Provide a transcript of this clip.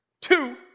Two